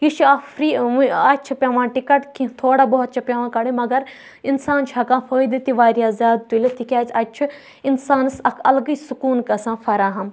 یہِ چھُ اَکھ فری اَتہِ چھُ پؠوان ٹِکَٹ کینٛہہ تھوڑا بَہت چھُ پؠوان کَڑٕنۍ مگر اِنسان چھُ ہؠکان فٲیدٕ تہِ واریاہ زیادٕ تُلِتھ تِکیازِ اَتہِ چھُ اِنسانس اَکھ اَلگٕے سکوٗن گژھان فَراہم